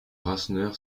rasseneur